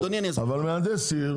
אבל מהנדס עיר.